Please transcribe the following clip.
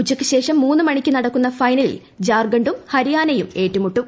ഉച്ചയ്ക്കുശേഷം മൂന്ന് മണിക്ക് നടക്കുന്ന ഫൈനലിൽ ജാർഖണ്ഡും ഹരിയാനയും ഏറ്റുമുട്ടും